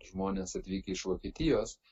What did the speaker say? žmonės atvykę iš vokietijos